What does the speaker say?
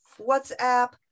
WhatsApp